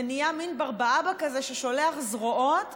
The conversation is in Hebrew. ונהיה מין ברבאבא כזה ששולח זרועות,